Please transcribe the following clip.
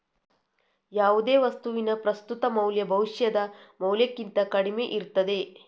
ಯಾವುದೇ ವಸ್ತುವಿನ ಪ್ರಸ್ತುತ ಮೌಲ್ಯ ಭವಿಷ್ಯದ ಮೌಲ್ಯಕ್ಕಿಂತ ಕಡಿಮೆ ಇರ್ತದೆ